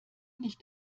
nicht